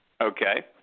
Okay